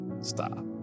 stop